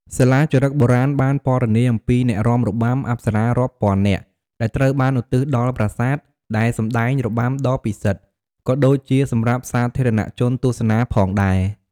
សិលាចារឹកបុរាណបានពណ៌នាអំពីអ្នករបាំអប្សរារាប់ពាន់នាក់ ដែលត្រូវបានឧទ្ទិសដល់ប្រាសាទ និងសម្តែងរបាំដ៏ពិសិដ្ឋ ក៏ដូចជាសម្រាប់សាធារណជនទស្សនាផងដែរ។